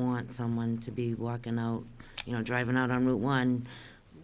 want someone to be walking out you know driving out our new one